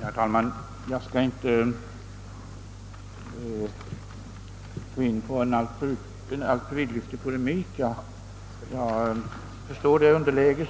Herr talman! Jag skall inte ge mig in på någon alltför vidlyftig polemik. Jag förstår det underläge